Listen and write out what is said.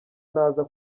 ntaza